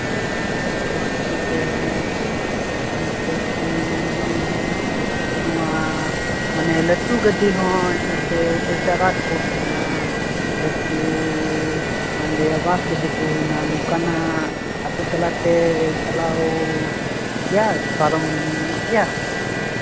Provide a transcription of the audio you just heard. ᱟᱫᱚ ᱛᱚᱵᱮ ᱡᱮᱭᱥᱮ ᱠᱤ ᱱᱚᱣᱟ ᱢᱟᱱᱮ ᱞᱟᱹᱴᱩ ᱜᱟᱹᱰᱤ ᱦᱚᱸ ᱡᱮᱭᱥᱮ ᱴᱨᱟᱠ ᱠᱚ ᱦᱩᱭᱱᱟ ᱞᱟᱹᱴᱩ ᱢᱟᱱᱞᱤᱭᱟ ᱵᱟᱥ ᱜᱟᱹᱰᱤ ᱠᱚ ᱦᱩᱭᱱᱟ ᱱᱚᱝᱠᱟᱱᱟᱜ ᱟᱹᱛᱩ ᱛᱟᱞᱟᱛᱮ ᱪᱟᱞᱟᱣ ᱜᱮᱭᱟ ᱯᱟᱨᱚᱢᱚᱜ ᱜᱮᱭᱟ